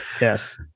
Yes